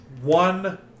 one